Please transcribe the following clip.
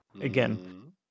again